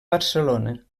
barcelona